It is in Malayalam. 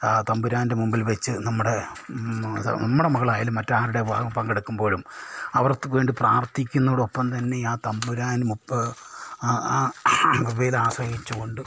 തമ്പുരാൻ്റെ മുമ്പിൽ വച്ച് നമ്മുടെ നമ്മുടെ മകളായാലും മറ്റൊരാളുടെ വിവാഹം പങ്കെടുക്കുമ്പോഴും അവർക്ക് വേണ്ടി പ്രാർത്ഥിക്കുന്നതോടൊപ്പം തന്നെ ആ തമ്പുരാൻ മുപ്പ് അവയിൽ ആശ്രയിച്ചുകൊണ്ട്